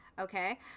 okay